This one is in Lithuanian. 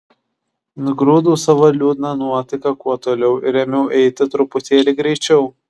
nugrūdau savo liūdną nuotaiką kuo toliau ir ėmiau eiti truputėlį greičiau